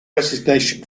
resignation